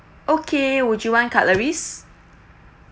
okay would you want cutleries